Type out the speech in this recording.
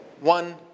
One